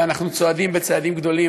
ואנחנו צועדים צעדים גדולים,